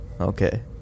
Okay